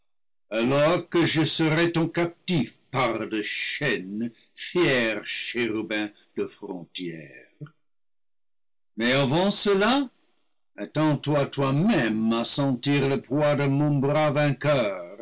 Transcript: alors que je serai ton captif parle de chaînes fier chérubin de frontière mais avant cela attends toi toi-même à sentir le poids de mon bras vainqueur